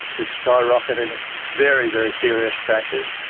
has sky-rocketed very, very serious crashes.